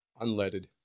unleaded